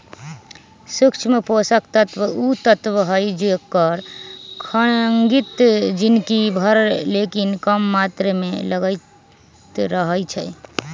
सूक्ष्म पोषक तत्व उ तत्व हइ जेकर खग्गित जिनगी भर लेकिन कम मात्र में लगइत रहै छइ